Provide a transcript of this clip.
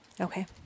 Okay